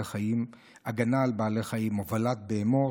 חיים (הגנה על בעלי חיים) (הובלת בהמות),